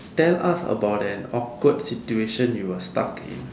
tell us about an awkward situation you were stuck in